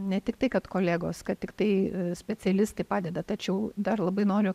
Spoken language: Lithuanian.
ne tiktai kad kolegos kad tiktai specialistai padeda tačiau dar labai noriu